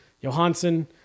Johansson